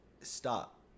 stop